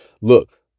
look